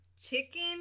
chicken